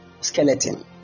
skeleton